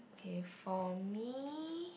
okay for me